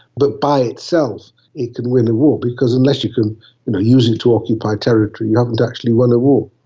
but by itself it can win a war because unless you can you know use it to occupy territory you haven't actually won a war.